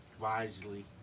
wisely